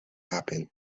happen